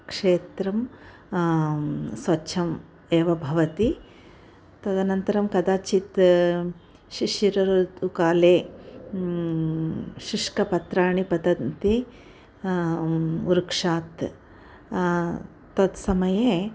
क्षेत्रं स्वच्छम् एव भवति तदनन्तरं कदाचित् शिशिरऋतुकाले शुष्कपत्राणि पतन्ति वृक्षात् तत्समये